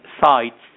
sites